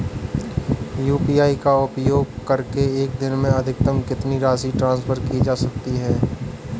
UPI का उपयोग करके एक दिन में अधिकतम कितनी राशि ट्रांसफर की जा सकती है?